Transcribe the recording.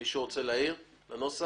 מישהו רוצה להעיר לנוסח?